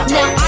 Now